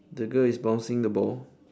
the girl is bouncing the ball